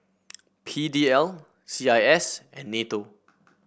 P D L C I S and NATO